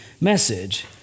message